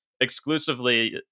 exclusively